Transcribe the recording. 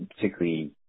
particularly